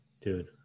dude